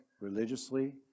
religiously